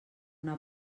una